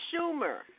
Schumer